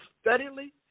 steadily